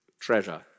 Treasure